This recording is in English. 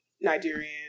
Nigerian